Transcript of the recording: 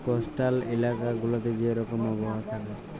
coastal ইলাকা গুলাতে যে রকম আবহাওয়া থ্যাকে